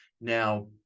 now